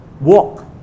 walk